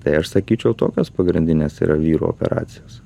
tai aš sakyčiau tokios pagrindinės yra vyrų operacijos